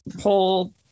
whole